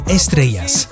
estrellas